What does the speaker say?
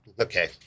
Okay